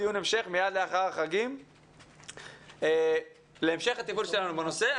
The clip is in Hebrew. דיון המשך מייד לאחר החגים להמשך הטיפול שלנו בנושא.